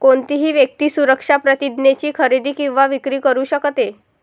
कोणतीही व्यक्ती सुरक्षा प्रतिज्ञेची खरेदी किंवा विक्री करू शकते